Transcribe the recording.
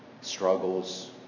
struggles